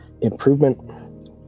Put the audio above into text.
improvement